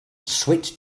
switch